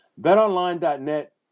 BetOnline.net